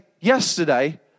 yesterday